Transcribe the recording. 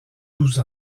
douze